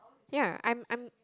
ya I'm I'm